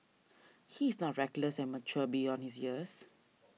he is not reckless and mature beyond his years